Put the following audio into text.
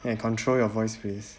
and control your voice please